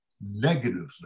negatively